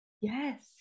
yes